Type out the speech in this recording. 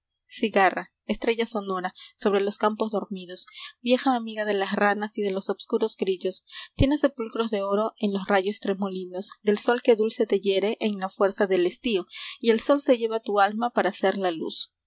cigarra estrella sonora sobre los campos dormidos leja amiga de las ranas de los obscuros grillos enes sepulcros de oro en los rayos tremolinos uel sol que dulce te hiere en la fuerza del estío el sol se lleva tu alma eara hacerla luz